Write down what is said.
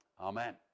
Amen